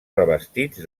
revestits